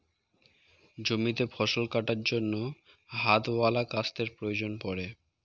জমিতে ফসল কাটার জন্য হাতওয়ালা কাস্তের প্রয়োজন পড়ে